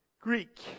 Greek